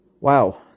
Wow